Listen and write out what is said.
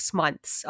months